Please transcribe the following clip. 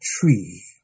tree